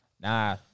Nah